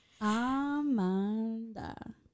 Amanda